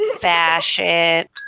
fashion